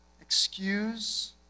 excuse